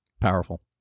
Powerful